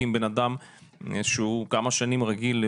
כי אם בנאדם שהוא כמה שנים רגיל,